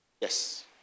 Yes